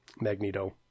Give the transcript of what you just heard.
Magneto